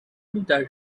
that